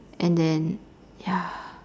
and then ya